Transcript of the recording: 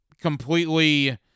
completely –